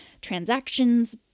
transactions